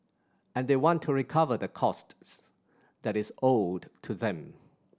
and they want to recover the costs that is owed to them